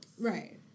Right